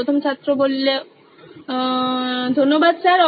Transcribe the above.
প্রথম ছাত্র ধন্যবাদ স্যার